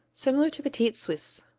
similar to petit suisse,